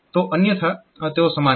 તો અન્યથા તેઓ સમાન છે